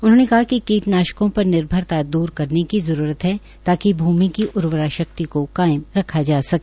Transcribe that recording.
उन्होंने कहा कि कीटनाशकों पर निर्भरता दूर करने की जरूरत है ताकि भूमि की उर्वरा शक्ति को कायम रखा जा सके